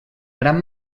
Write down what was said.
gran